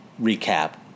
recap